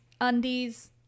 undies